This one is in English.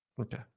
okay